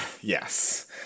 Yes